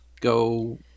go